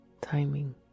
timing